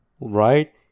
Right